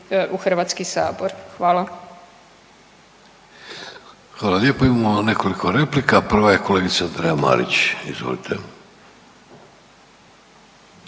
(Socijaldemokrati)** Hvala lijepo. Imamo nekoliko replika. Prva je kolegica Andreja Marić, izvolite.